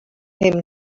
him